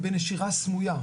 בנשירה סמויה,